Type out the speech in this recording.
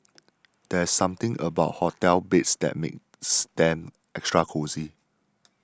there's something about hotel beds that makes them extra cosy